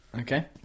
Okay